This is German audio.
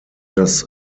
das